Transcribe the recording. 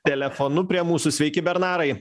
telefonu prie mūsų sveiki bernarai